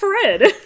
Fred